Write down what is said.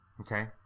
Okay